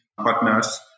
partners